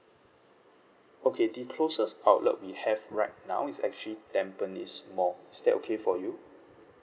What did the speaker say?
okay the closest outlet we have right now is actually tampines mall is that okay for you